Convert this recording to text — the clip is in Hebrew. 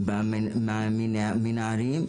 מנערים,